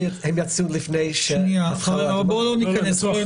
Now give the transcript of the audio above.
הם יצאו לפני שדרום אפריקה הייתה אדומה.